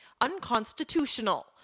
unconstitutional